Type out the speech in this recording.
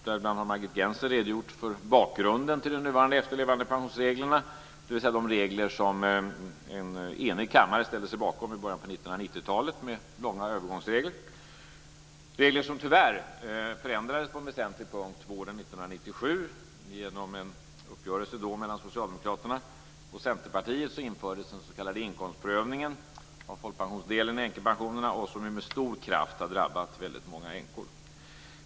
Däribland har Margit Gennser redogjort för bakgrunden till de nuvarande efterlevandepensionsreglerna, dvs. de regler som en enig kammare ställde sig bakom i början av 1990-talet, med långa övergångsregler. Dessa regler förändrades tyvärr på en väsentlig punkt våren 1997 genom en uppgörelse mellan Socialdemokraterna och Centerpartiet. Då infördes den s.k. inkomstprövningen av folkpensionsdelen i änkepensionerna, som med stor kraft har drabbat väldigt många änkor.